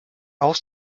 auch